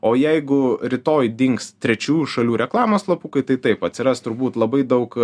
o jeigu rytoj dings trečiųjų šalių reklamos slapukai tai taip atsiras turbūt labai daug